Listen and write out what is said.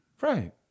Right